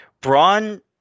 Braun